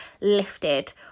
lifted